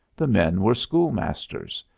the men were schoolmasters.